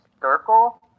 circle